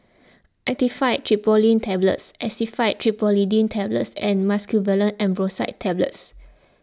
Actifed Tablets Actifed Triprolidine Tablets and Mucosolvan Ambroxol Tablets